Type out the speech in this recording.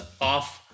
off